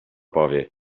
powie